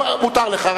מותר לך.